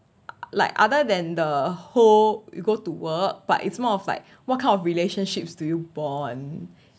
like other than the whole you go to work but it's more of like what kind of relationships do you bond